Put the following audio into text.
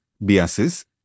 biases